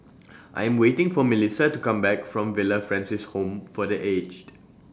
I Am waiting For Milissa to Come Back from Villa Francis Home For The Aged